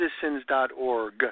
citizens.org